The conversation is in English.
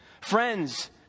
Friends